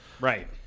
Right